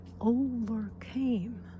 overcame